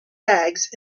bags